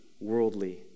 worldly